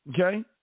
okay